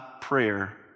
prayer